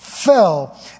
fell